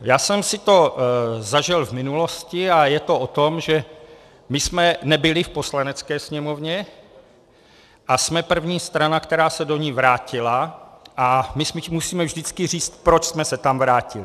Já jsem si to zažil v minulosti a je to o tom, že my jsme nebyli v Poslanecké sněmovně a jsme první strana, která se do ní vrátila, a my si musíme vždycky říct, proč jsme se tam vrátili.